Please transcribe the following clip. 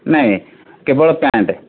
ନାହିଁ କେବଳ ପ୍ୟାଣ୍ଟ